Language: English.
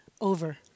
over